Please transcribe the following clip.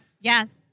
Yes